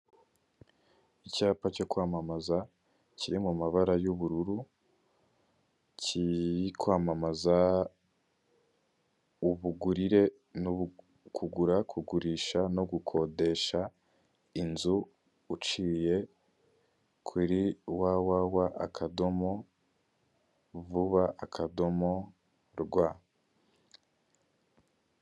Icyapa cyo kwamamaza kiri mu mabara y'ubururu kirikwamamaza ubugurire, kugura, kugurisha no gukodesha inzu uciye kuri www.vuba.rw.